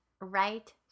right